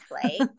play